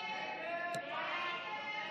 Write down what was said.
ההסתייגות